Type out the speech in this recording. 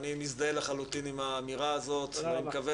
אני מזדהה לחלוטין עם האמירה הזאת ואני מקווה